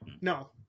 No